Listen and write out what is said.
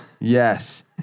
Yes